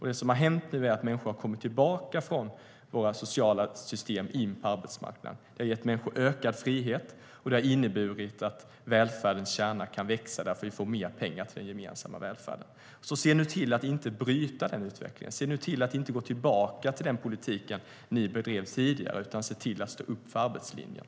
Det som nu har hänt är att människor har kommit tillbaka från våra sociala system in på arbetsmarknaden. Det har gett människor ökad frihet, och det har inneburit att välfärdens kärna kan växa därför att vi får mer pengar till den gemensamma välfärden. Se nu till att inte bryta denna utveckling! Se nu till att inte gå tillbaka till den politik ni bedrev tidigare, utan se till att stå upp för arbetslinjen!